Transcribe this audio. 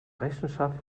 rechenschaft